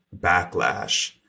backlash